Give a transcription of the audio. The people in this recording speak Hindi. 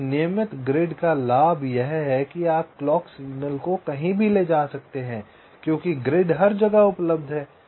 एक नियमित ग्रिड का लाभ यह है कि आप क्लॉक सिग्नल को कहीं भी ले जा सकते हैं क्योंकि ग्रिड हर जगह उपलब्ध है